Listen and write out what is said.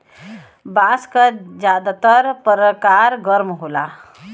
बांस क जादातर परकार गर्म होला